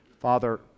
Father